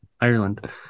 Ireland